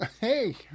Hey